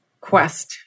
Quest